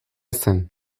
zen